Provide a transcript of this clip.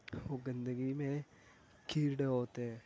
وہ گندگی میں کیڑے ہوتے ہیں